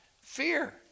Fear